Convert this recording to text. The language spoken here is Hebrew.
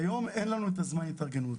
כיום אין לנו זמן להתארגנות.